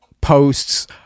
posts